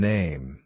Name